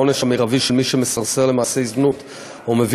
העונש המרבי של מי שמסרסר למעשי זנות או מביא